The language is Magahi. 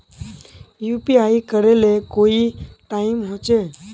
यु.पी.आई करे ले कोई टाइम होचे?